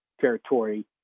territory